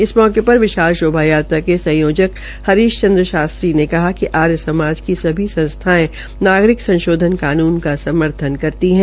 इस मौके पर विशाल शोभायात्रा के संयोजक हरीश चन्द्र शास्त्री ने कहा कि आर्य समाज की सभी संस्थायें नागरिक संशोधन कानून का समर्थन करती है